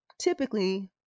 typically